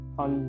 on